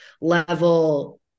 level